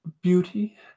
beauty